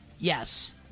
Yes